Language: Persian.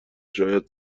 شاید